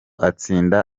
atsinda